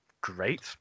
great